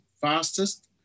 fastest